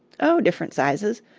oh, different sizes.